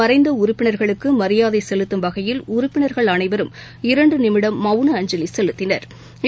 மறைந்தஉறுப்பினர்களுக்குமரியாதைசெலத்தும் வகையல் உறுப்பினர்கள் பின்னர் அனைவரும் இரண்டுநிமிடம் மவுன அஞ்சலிசெலுத்தினா்